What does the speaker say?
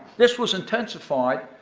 this was intensified,